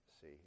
see